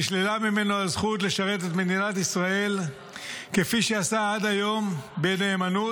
נשללה ממנו הזכות לשרת את מדינת ישראל כפי שעשה עד היום בנאמנות.